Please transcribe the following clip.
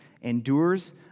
endures